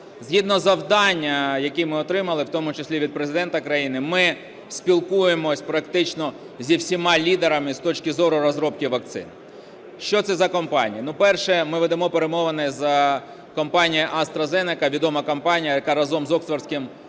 Згідно завдань, які ми отримали, в тому числі від Президента країни, ми спілкуємося практично зі всіма лідерами з точки зору розробки вакцин. Що це за компанії? Перше – ми ведемо перемовини з компанією AstraZen, відома компанія, яка разом із Оксфордським